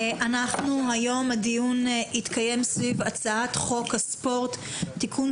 היום הדיון יתקיים סביב הצעת חוק הספורט (תיקון,